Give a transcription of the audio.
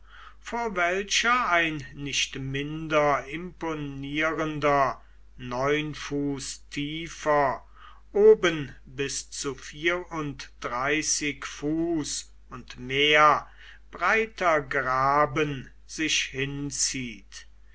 vor welcher ein nicht minder imponierender neun fuß tiefer oben bis zu vier dreißig fuß und mehr breiter graben sich hinzieht